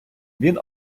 він